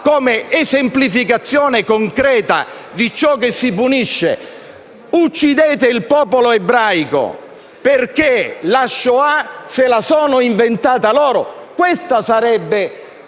come esemplificazione concreta di ciò che si punisce - «Uccidete il popolo ebraico perché la Shoah se la sono inventata loro». Questa sarebbe